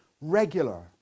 regular